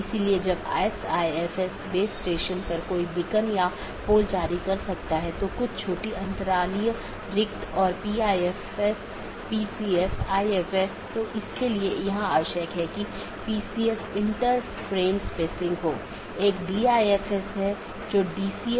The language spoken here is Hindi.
इसलिए आप देखते हैं कि एक BGP राउटर या सहकर्मी डिवाइस के साथ कनेक्शन होता है यह अधिसूचित किया जाता है और फिर कनेक्शन बंद कर दिया जाता है और अंत में सभी संसाधन छोड़ दिए जाते हैं